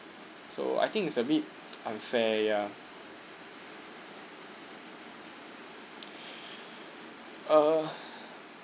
so I think it's a bit unfair ya ah